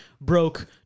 broke